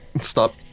Stop